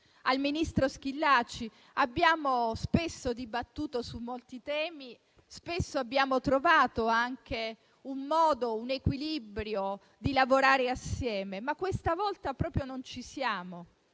al ministro Schillaci. Abbiamo spesso dibattuto su molti temi e trovato anche un modo, un equilibrio, per lavorare assieme. Questa volta, però, proprio non ci siamo.